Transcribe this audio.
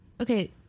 okay